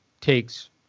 takes